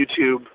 YouTube